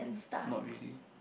not really